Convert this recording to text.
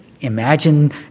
imagine